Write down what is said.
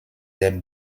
der